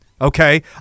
Okay